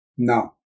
No